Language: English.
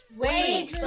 Wait